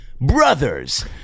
brothers